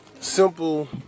simple